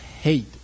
hate